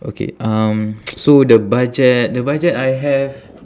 okay um so the budget the budget I have